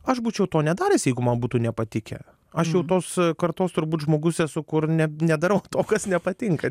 aš būčiau to nedaręs jeigu man būtų nepatikę aš jau tos kartos turbūt žmogus esu kur ne nedarau to kas nepatinka